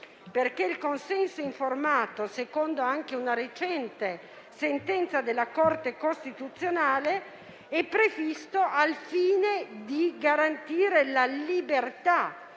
perché il consenso informato, anche secondo una recente sentenza della Corte costituzionale, è previsto al fine di garantire la libertà